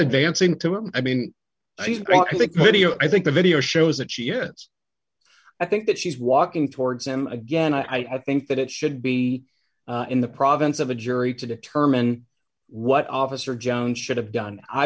advancing to him i mean i think video i think the video shows that yes i think that she's walking towards him again i think that it should be in the province of a jury to determine what officer jones should have done i